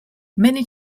many